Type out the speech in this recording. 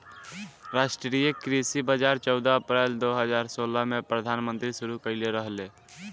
राष्ट्रीय कृषि बाजार चौदह अप्रैल दो हज़ार सोलह में प्रधानमंत्री शुरू कईले रहले